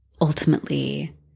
ultimately